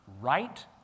right